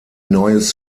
neues